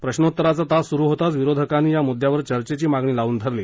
प्रश्नोत्तराचा तास सुरु होताच विरोधकांनी या मुद्यावर चर्चेची मागणी लाऊन धरली